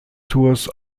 tours